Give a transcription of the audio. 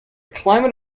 climate